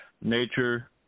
nature